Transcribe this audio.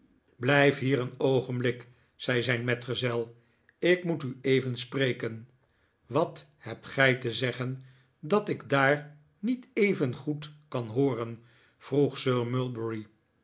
blijf hier een oogenblik zei zijn metgezel ik moet u even spreken wat hebt gij te zeggen dat ik daar niet evengoed kan hooren vroeg sir mulberry